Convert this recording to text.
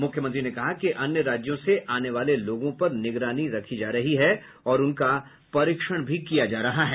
मुख्यमंत्री ने कहा कि अन्य राज्यों से आने वालों लोगे पर निगरानी रखी जा रही है और उनका परीक्षण भी किया जा रहा है